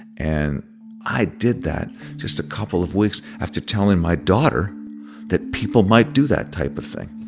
and i did that just a couple of weeks after telling my daughter that people might do that type of thing.